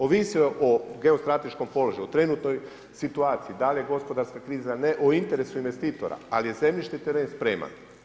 Ovisi o geostrateškom položaju, o trenutnoj situaciji, da li je gospodarska kriza, o interesu investitora, ali je zemljište, teren spreman.